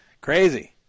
Crazy